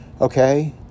okay